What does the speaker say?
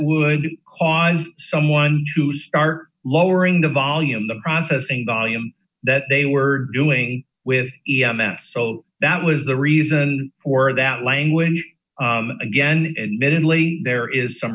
would cause someone to start lowering the volume the process and volume that they were doing with e m s so that was the reason for that language again and then later there is some